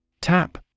Tap